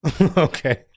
Okay